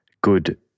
good